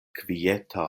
kvieta